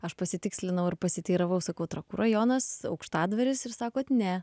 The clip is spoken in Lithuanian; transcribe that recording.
aš pasitikslinau ir pasiteiravau sakau trakų rajonas aukštadvaris ir sakot ne